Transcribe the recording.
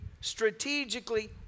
strategically